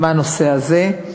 בנושא הזה.